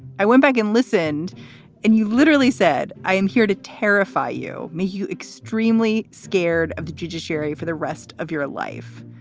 i went back and listened and you literally said, i am here to terrify you, make you extremely scared of the judiciary for the rest of your life.